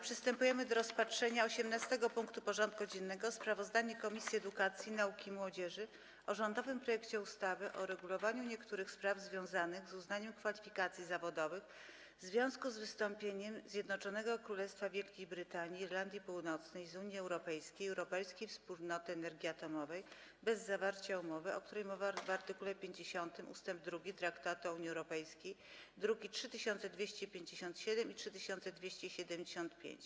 Przystępujemy do rozpatrzenia punktu 18. porządku dziennego: Sprawozdanie Komisji Edukacji, Nauki i Młodzieży o rządowym projekcie ustawy o uregulowaniu niektórych spraw związanych z uznawaniem kwalifikacji zawodowych w związku z wystąpieniem Zjednoczonego Królestwa Wielkiej Brytanii i Irlandii Północnej z Unii Europejskiej i Europejskiej Wspólnoty Energii Atomowej bez zawarcia umowy, o której mowa w art. 50 ust. 2 Traktatu o Unii Europejskiej (druki nr 3257 i 3275)